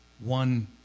one